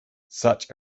such